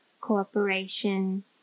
cooperation